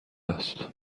است